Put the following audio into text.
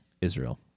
Israel